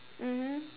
mmhmm